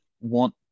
want